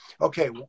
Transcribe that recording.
Okay